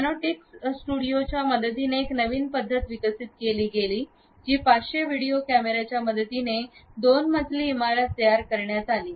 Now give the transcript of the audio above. panoptic स्टुडिओच्या मदतीने एक नवीन पद्धत विकसित केली गेली जी 500 ्हिडीओ कॅमेर्याच्या मदतीने दोन मजली इमारत तयार करण्यात आली